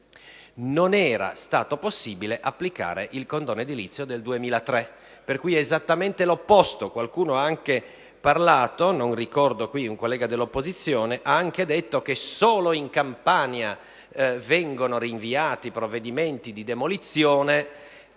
non era stato possibile applicare il condono edilizio del 2003: quindi è esattamente l'opposto. Qualcuno ha anche detto qui - non ricordo chi, forse un collega dell'opposizione - che solo in Campania vengono rinviati provvedimenti di demolizione,